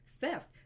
theft